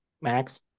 Max